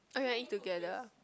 or you want eat together